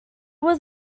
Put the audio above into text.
was